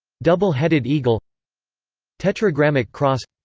double-headed eagle tetragrammic cross